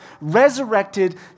resurrected